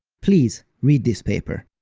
please read this paper.